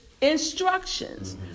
instructions